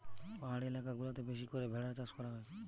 পাহাড়ি এলাকা গুলাতে বেশি করে ভেড়ার চাষ করা হয়